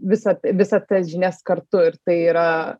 visą visą tas žinias kartu ir tai yra